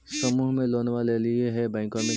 समुह मे लोनवा लेलिऐ है बैंकवा मिलतै?